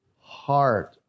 heart